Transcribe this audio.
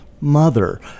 mother